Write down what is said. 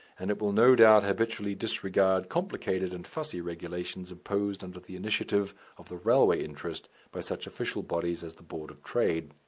and it will no doubt habitually disregard complicated and fussy regulations imposed under the initiative of the railway interest by such official bodies as the board of trade.